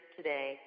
today